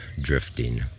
drifting